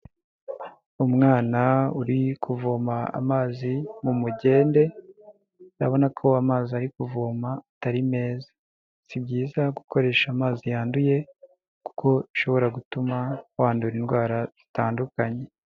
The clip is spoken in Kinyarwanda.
Umwana uri kuvoma amazi mu mugende, urabona ko amazi ari kuvoma atari meza. Si byiza gukoresha amazi yanduye kuko ishobora gutuma wandura indwara zitandukanye.